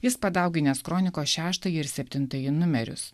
jis padauginęs kronikos šeštąjį ir septintąjį numerius